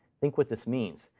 think what this means.